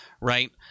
right